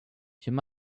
your